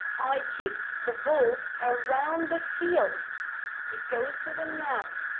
i kicked the ball around the field it goes with a noun.